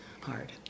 hard